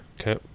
okay